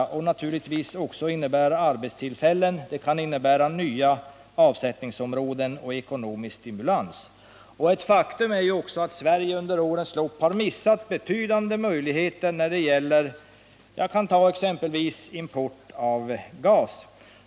Den innebär naturligtvis också nya arbetstillfällen, nya avsättningsområden och ekonomisk stimulans. Ett faktum är vidare att Sverige under årens lopp har missat betydande möjligheter när det gäller Nr 28 exempelvis import av gas.